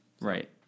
right